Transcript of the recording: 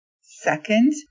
second